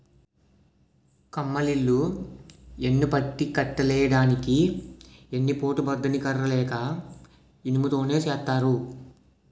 కమ్మలిల్లు యెన్నుపట్టి కట్టులెయ్యడానికి ఎన్ని పోటు బద్ద ని కర్ర లేక ఇనుము తోని సేత్తారు